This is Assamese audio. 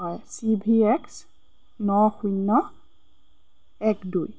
হয় চি ভি এক্স ন শূন্য এক দুই